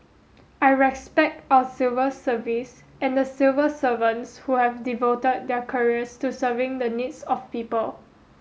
I respect our civil service and the civil servants who have devoted their careers to serving the needs of people